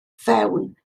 fewn